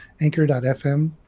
Anchor.fm